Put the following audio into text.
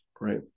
right